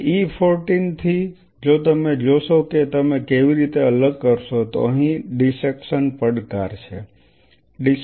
તેથી E 14 થી જો તમે જોશો કે તમે કેવી રીતે અલગ કરશો તો અહીં ડિસેક્શન પડકાર છે